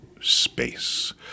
space